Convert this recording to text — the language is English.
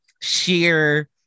sheer